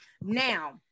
now